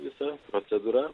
visa procedūra